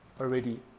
already